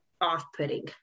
off-putting